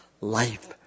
Life